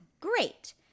great